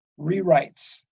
rewrites